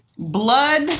blood